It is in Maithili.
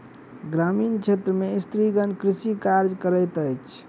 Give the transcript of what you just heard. ग्रामीण क्षेत्र में स्त्रीगण कृषि कार्य करैत अछि